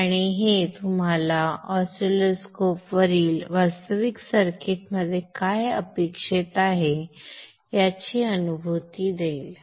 आणि हे तुम्हाला ऑसिलोस्कोप वरील वास्तविक सर्किटमध्ये काय अपेक्षित आहे याची अनुभूती देईल